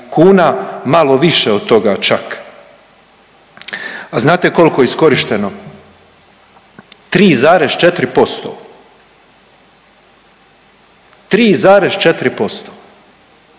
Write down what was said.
kuna malo više od toga čak. A znate koliko je iskorišteno 3,4%. 3,4%.